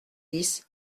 dix